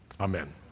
Amen